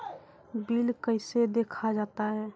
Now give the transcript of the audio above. Bill कैसे देखा जाता हैं?